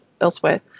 elsewhere